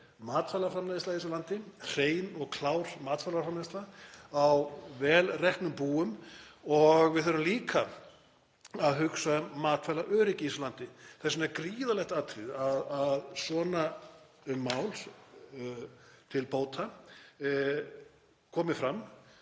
matvælaframleiðsla í þessu landi, hrein og klár matvælaframleiðsla á vel reknum búum. Við þurfum líka að hugsa um matvælaöryggi í þessu landi. Þess vegna er gríðarlegt atriði að svona mál til bóta komi fram